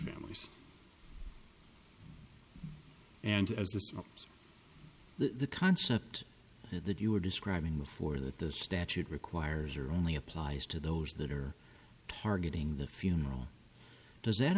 families and as the stops the concept that you were describing before that the statute requires or only applies to those that are targeting the funeral does that